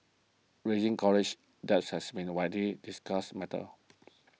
raising college debts has been a widely discussed matter